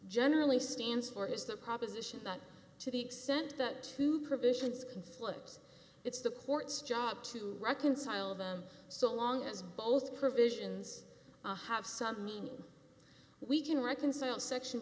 generally stands for is the proposition that to the extent that two provisions conflicts it's the court's job to reconcile them so long as both provisions have some meaning we can reconcile section